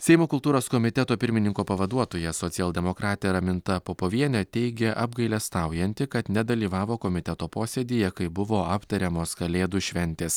seimo kultūros komiteto pirmininko pavaduotoja socialdemokratė raminta popovienė teigė apgailestaujanti kad nedalyvavo komiteto posėdyje kai buvo aptariamos kalėdų šventės